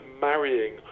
marrying